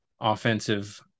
offensive